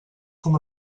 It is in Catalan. com